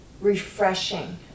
refreshing